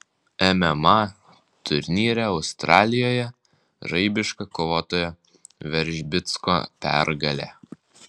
mma turnyre australijoje žaibiška kovotojo veržbicko pergalė